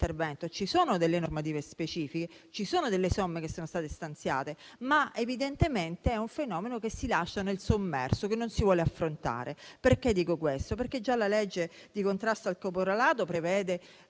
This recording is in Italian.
Ci sono delle normative specifiche, ci sono delle somme che sono state stanziate, ma evidentemente è un fenomeno che si lascia nel sommerso, che non si vuole affrontare. Dico questo perché già la legge di contrasto al caporalato prevede